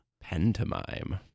Pantomime